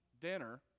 dinner